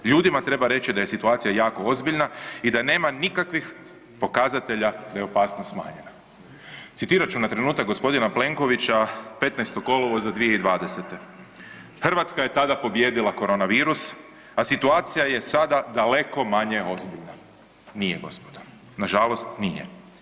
Ljudima treba reći da je situacija jako ozbiljna i da nema nikakvih pokazatelja da je opasnost smanjena.“ Citirat ću na trenutak gospodina Plenkovića 15. kolovoza 2020., „Hrvatska je tada pobijedila korona virus, a situacija je sada daleko manje ozbiljna.“ Nije gospodo, nažalost nije.